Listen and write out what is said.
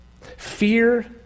Fear